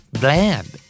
bland